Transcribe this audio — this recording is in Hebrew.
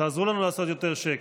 תעזרו לנו לעשות יותר שקט.